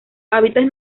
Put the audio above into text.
hábitats